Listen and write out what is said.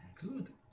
Good